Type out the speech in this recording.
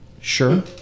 Sure